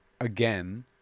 Again